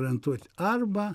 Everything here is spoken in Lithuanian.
orientuoti arba